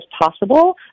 possible